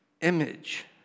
image